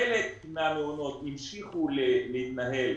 חלק מהמעונות המשיכו להתנהל